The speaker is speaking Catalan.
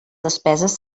despeses